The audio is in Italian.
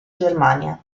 germania